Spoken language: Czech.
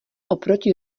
oproti